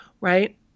right